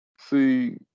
See